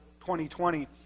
2020